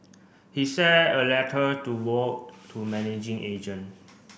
he share a letter to wrote to managing agent